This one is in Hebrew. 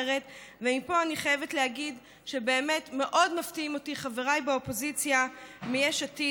ומפה אני חייבת להגיד שמאוד מפתיעים אותי חבריי באופוזיציה מיש עתיד.